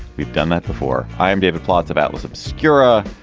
we've done that before. i'm david plotz of atlas obscura.